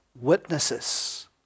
witnesses